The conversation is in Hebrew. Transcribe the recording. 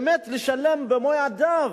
באמת לשלם במו-ידיו,